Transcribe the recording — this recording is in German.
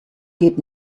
geht